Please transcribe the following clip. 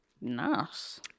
nice